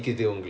ya